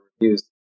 reviews